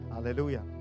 Hallelujah